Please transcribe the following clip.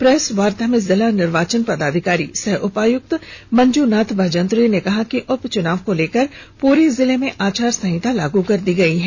press वार्ता में जिला निर्वाचन पदाधिकारी सह उपायुक्त मंजूनाथ भजंत्री ने कहा कि उप चुनाव को लेकर पूरे जिले में आचार संहिता लागू कर दी गई है